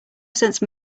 sense